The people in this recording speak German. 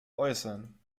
äußern